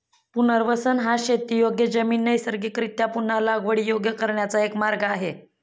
पुनर्वसन हा शेतीयोग्य जमीन नैसर्गिकरीत्या पुन्हा लागवडीयोग्य करण्याचा एक मार्ग आहे